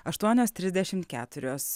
aštuonios trisdešimt keturios